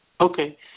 Okay